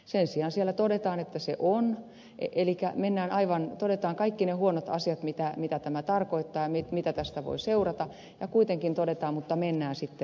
sen sijaan siellä todetaan että se on eli todetaan kaikki ne huonot asiat mitä tämä tarkoittaa ja mitä tästä voi seurata ja kuitenkin todetaan että mennään sitten vaan